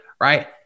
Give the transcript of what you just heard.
Right